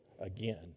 again